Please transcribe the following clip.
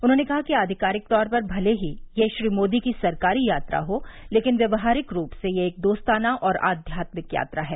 उन्होंने कहा कि आधिकारिक तौर पर भले ही यह श्री मोदी की सरकारी यात्रा हो लेकिन व्यावहारिक रूप से यह एक दोस्ताना और आध्यात्मिक यात्रा है